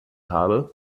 habe